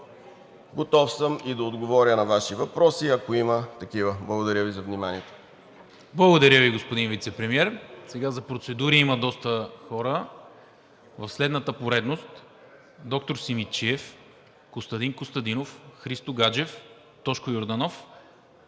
Готов съм и да отговоря на Ваши въпроси, ако има такива. Благодаря Ви за вниманието. ПРЕДСЕДАТЕЛ НИКОЛА МИНЧЕВ: Благодаря Ви, господин Вицепремиер. За процедури има доста хора в следната поредност – доктор Симидчиев, Костадин Костадинов, Христо Гаджев, Тошко Йорданов,